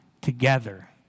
together